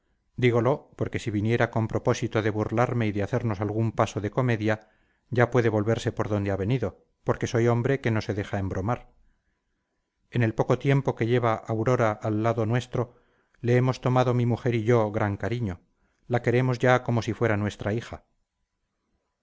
dígolo porque si viniera con propósito de burlarme y de hacernos algún paso de comedia ya puede volverse por donde ha venido porque soy hombre que no se deja embromar en el poco tiempo que lleva aurora al lado nuestro le hemos tomado mi mujer y yo gran cariño la queremos ya como si fuera nuestra hija